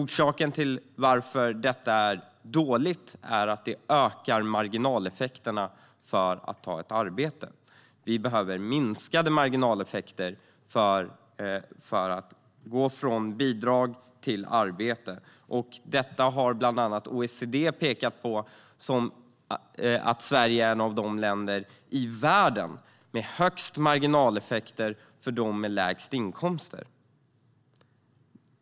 Det här är dåligt eftersom det ökar marginaleffekterna för att ta ett arbete. Vi behöver minskade marginaleffekter vad gäller att gå från bidrag till arbete. OECD har pekat på att Sverige är ett av de länder i världen som har högst marginaleffekter för dem med lägst inkomster.